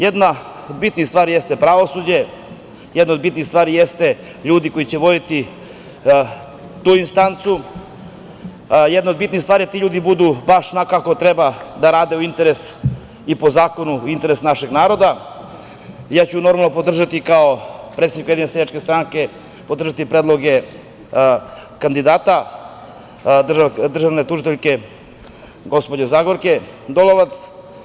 Jedna od bitnih stvari jeste pravosuđe, jedna od bitnih stvari jesu ljudi koji će voditi tu instancu, jedna od bitnih stvari je da ti ljudi budu baš onako kako treba, da rade u interesu našeg naroda i po zakonu i ja ću normalno podržati, kao predsednik USS, predloge kandidata, državne tužiteljke gospođe Zagorke Dolovac.